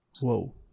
Whoa